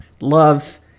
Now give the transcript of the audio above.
love